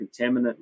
contaminant